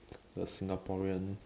the Singaporean